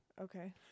Okay